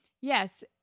yes –